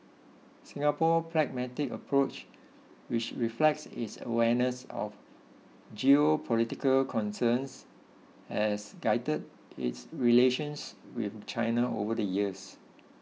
Singapore pragmatic approach which reflects its awareness of geopolitical concerns has guided its relations with China over the years